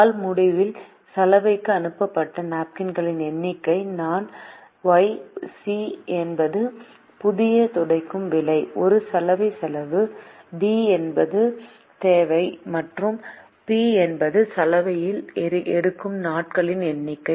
நாள் முடிவில் சலவைக்கு அனுப்பப்பட்ட நாப்கின்களின் எண்ணிக்கை நான் Y C என்பது புதிய துடைக்கும் விலை ஒரு சலவை செலவு d என்பது தேவை மற்றும் p என்பது சலவைகளில் எடுக்கும் நாட்களின் எண்ணிக்கை